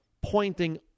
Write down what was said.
pointing